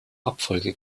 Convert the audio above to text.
abfolge